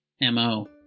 mo